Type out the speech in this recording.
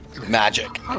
Magic